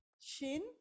shin